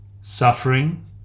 suffering